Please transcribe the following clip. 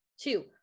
two